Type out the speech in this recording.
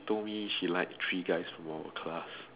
told me she likes three guys from our class